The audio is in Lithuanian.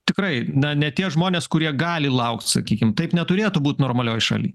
tikrai ne tie žmonės kurie gali laukt sakykim taip neturėtų būt normalioj šaly